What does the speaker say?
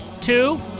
two